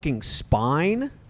spine